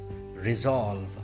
resolve